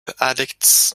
addicts